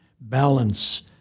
balance